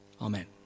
Amen